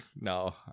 No